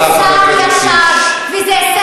זה שכל ישר, זה מוסר ישר.